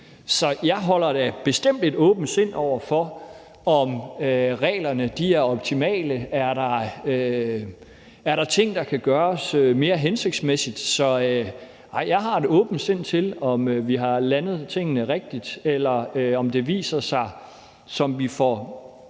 Så jeg har da bestemt et åbent sind over for at se på, om reglerne er optimale, og om der er ting, der kan gøres mere hensigtsmæssigt. Jeg har et åbent sind, i forhold til om vi har landet tingene rigtigt, eller om det viser sig, efterhånden